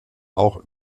auch